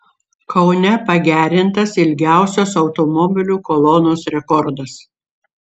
kaune pagerintas ilgiausios automobilių kolonos rekordas